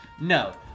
No